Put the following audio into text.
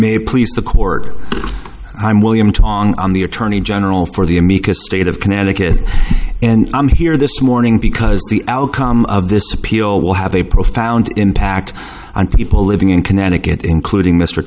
may please the court i'm william to on the attorney general for the amicus state of connecticut and i'm here this morning because the outcome of this appeal will have a profound impact on people living in connecticut including mr